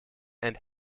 and